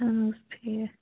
آ ٹھیٖک